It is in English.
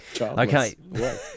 Okay